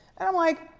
and i'm like,